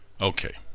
Okay